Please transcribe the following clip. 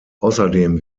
außerdem